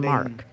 Mark